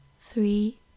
three